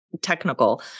technical